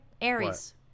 Aries